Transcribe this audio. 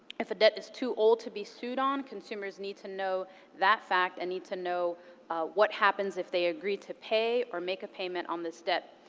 if a debt is too old to be sued on, consumers need to know that fact and need to know what happens if they agree to pay or make a payment on this debt.